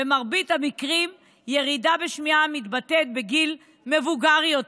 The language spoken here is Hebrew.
במרבית המקרים ירידה בשמיעה מתבטאת בגיל מבוגר יותר,